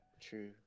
True